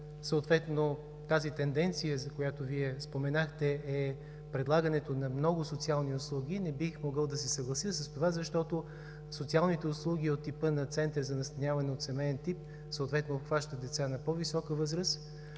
тази тенденция, за която Вие споменахте, е предлагането на много социални услуги, не бих могъл да се съглася с това. Социалните услуги от типа на Център за настаняване от семеен тип съответно обхваща деца на по-висока възраст